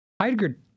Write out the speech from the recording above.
Heidegger